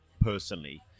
personally